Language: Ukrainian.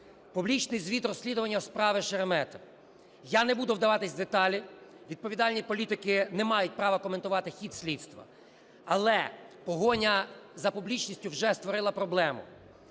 публічний звіт розслідування справи Шеремета. Я не буду вдаватися в деталі, відповідальні політики не мають права коментувати хід слідства, але погоня за публічністю вже створила проблему.